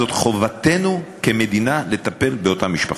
זו חובתנו כמדינה לטפל באותן משפחות.